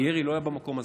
הירי לא היה במקום הזה,